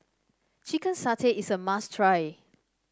Chicken Satay is a must try